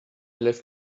left